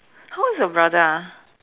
how old is your brother ah